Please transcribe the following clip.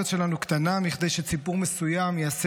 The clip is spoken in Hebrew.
הארץ שלנו קטנה מכדי שציבור מסוים יעשה